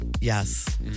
Yes